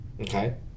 Okay